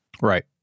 Right